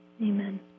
Amen